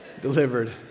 Delivered